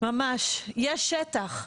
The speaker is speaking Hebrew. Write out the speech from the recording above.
יש שטח.